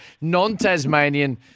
non-Tasmanian